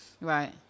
Right